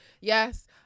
yes